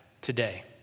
today